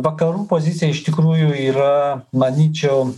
vakarų pozicija iš tikrųjų yra manyčiau